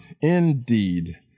indeed